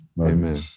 Amen